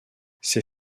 ces